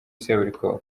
seburikoko